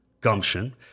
gumption